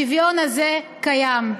השוויון הזה קיים.